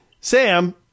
Sam